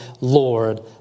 Lord